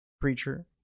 creature